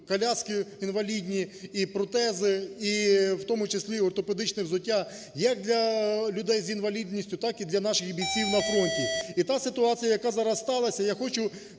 коляски інвалідні, і протези, і в тому числі ортопедичне взуття як для людей з інвалідністю, так і для наших бійців на фронті. І та ситуація, яка зараз сталася, я хочу,